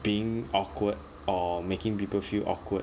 being awkward or making people feel awkward